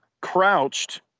crouched